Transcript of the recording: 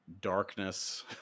darkness